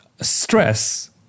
stress